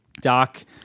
Doc